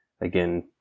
again